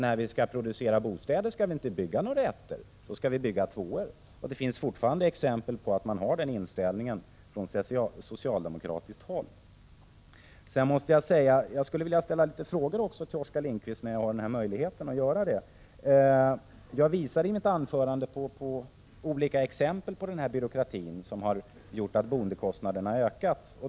När vi skall producera bostäder skall vi därför inte bygga några ettor utan tvåor. Det finns exempel på att man fortfarande har denna inställning på socialdemokratiskt håll. Jag skulle vilja ställa några frågor till Oskar Lindkvist när jag har möjlighet till det. Jag nämnde i mitt anförande exempel på byråkrati som gjort att boendekostnaderna ökat.